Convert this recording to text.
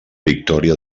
victòria